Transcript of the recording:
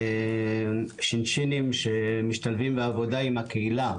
שינשינים שמשתלבים בעבודה עם הקהילה